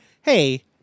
hey